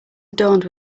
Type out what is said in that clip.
adorned